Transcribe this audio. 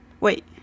Wait